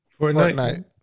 Fortnite